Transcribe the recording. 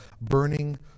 burning